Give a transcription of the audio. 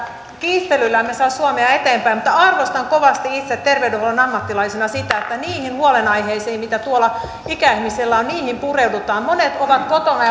kiistelyllä emme saa suomea eteenpäin mutta arvostan kovasti itse terveydenhuollon ammattilaisena sitä että niihin huolenaiheisiin mitä tuolla ikäihmisillä on pureudutaan monet ovat kotona